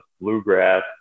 bluegrass